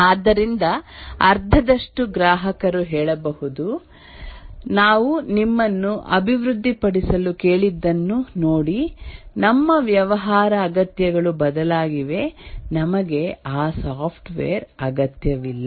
ಆದ್ದರಿಂದ ಅರ್ಧದಷ್ಟು ಗ್ರಾಹಕರು ಹೇಳಬಹುದು ನಾವು ನಿಮ್ಮನ್ನು ಅಭಿವೃದ್ಧಿಪಡಿಸಲು ಕೇಳಿದ್ದನ್ನು ನೋಡಿ ನಮ್ಮ ವ್ಯವಹಾರ ಅಗತ್ಯಗಳು ಬದಲಾಗಿವೆ ನಮಗೆ ಆ ಸಾಫ್ಟ್ವೇರ್ ಅಗತ್ಯವಿಲ್ಲ